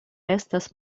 estas